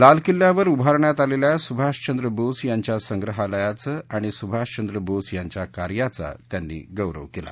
लाल किल्ल्यावर उभारण्यात आलेल्या सुभाष चंद्र बोस यांच्या संग्रहालयाचं आणि सुभाष चंद्र बोस यांच्या कार्याचा त्यांनी गौरव केला